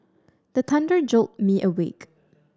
the thunder jolt me awake